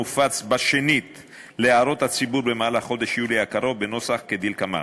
מופץ בשנית להערות הציבור בחודש יולי הקרוב בנוסח כדלקמן: